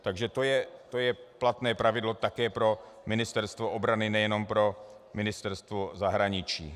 Takže to je platné pravidlo také pro Ministerstvo obrany, nejenom pro Ministerstvo zahraničí.